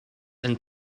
and